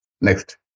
Next